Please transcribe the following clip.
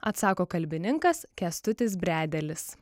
atsako kalbininkas kęstutis bredelis